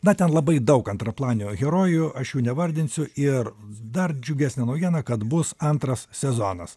na ten labai daug antraplanių herojų aš jų nevardinsiu ir dar džiugesnė naujiena kad bus antras sezonas